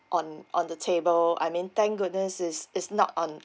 on on the table I mean thank goodness is is not on